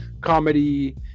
comedy